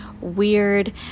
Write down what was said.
weird